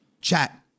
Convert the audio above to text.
chat